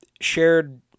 shared